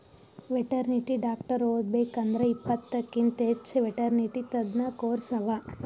veterinary doctor ಓದಬೇಕ್ ಅಂದ್ರ ಇಪ್ಪತ್ತಕ್ಕಿಂತ್ ಹೆಚ್ಚ್ ವೆಟೆರ್ನಿಟಿ ತಜ್ಞ ಕೋರ್ಸ್ ಅವಾ